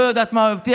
לא יודעת מה הוא הבטיח,